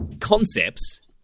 concepts